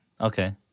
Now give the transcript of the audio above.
okay